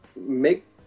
make